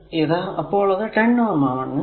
ഇത് അപ്പോൾ 10 Ω